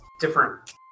Different